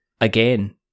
again